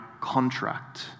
contract